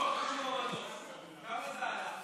מאוד חשוב המטוס, כמה זה עלה?